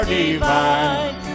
divine